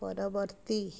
ପରବର୍ତ୍ତୀ